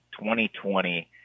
2020